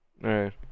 Right